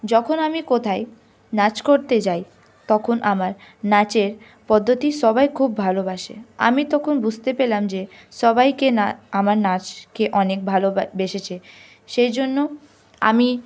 যখন আমি কোথাও নাচ করতে যাই তখন আমার নাচের পদ্ধতি সবাই খুব ভালোবাসে আমি তখন বুঝতে পারলাম যে সবাইকে না আমার নাচকে অনেক ভালো বা বেসেছে সেই জন্য আমি